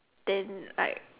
then like